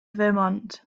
vermont